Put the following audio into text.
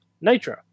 Nitro